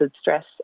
stress